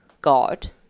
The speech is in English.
god